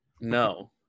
No